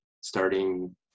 starting –